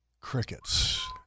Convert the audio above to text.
crickets